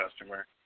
customer